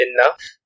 Enough